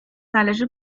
należy